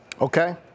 Okay